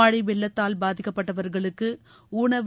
மழை வெள்ளத்தால் பாதிக்கப்பட்டவர்களுக்கு உணவு